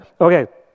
Okay